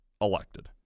elected